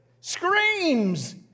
screams